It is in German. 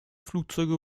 flugzeuge